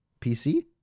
PC